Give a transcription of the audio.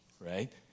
right